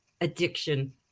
addiction